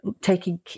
taking